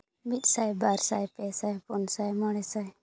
ᱢᱤᱫ ᱥᱟᱭ ᱵᱟᱨ ᱥᱟᱭ ᱯᱮ ᱥᱟᱭ ᱯᱩᱱ ᱥᱟᱭ ᱢᱚᱬᱮ ᱥᱟᱭ